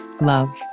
Love